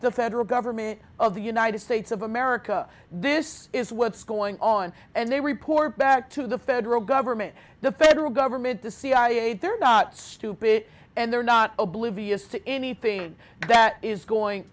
the federal government of the united states of america this is what's going on and they report back to the federal government the federal government the cia they're not stupid and they're not oblivious to anything that is going